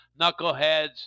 knuckleheads